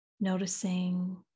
Noticing